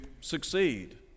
succeed